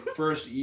first